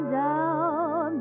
down